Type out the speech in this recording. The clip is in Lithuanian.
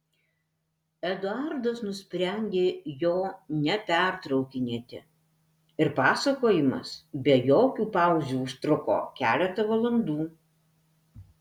eduardas nusprendė jo nepertraukinėti ir pasakojimas be jokių pauzių užtruko keletą valandų